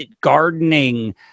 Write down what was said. gardening